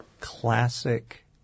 classic